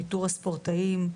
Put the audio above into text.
איתור הספורטאים,